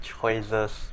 choices